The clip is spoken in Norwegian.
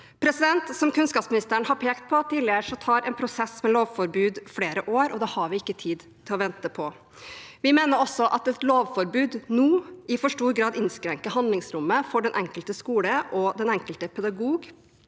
ferdigheter. Som kunnskapsministeren har pekt på tidligere, tar en prosess med lovforbud flere år, og det har vi ikke tid til å vente på. Vi mener også at et lovforbud nå i for stor grad innskrenker handlingsrommet som den enkelte skole og den enkelte pedagog